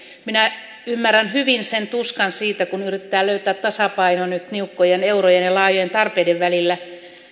minä ymmärrän hyvin sen tuskan siinä kun yrittää löytää tasapainon nyt niukkojen eurojen ja laajojen tarpeiden välillä